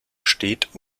steht